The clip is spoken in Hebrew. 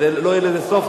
כי לא יהיה לזה סוף.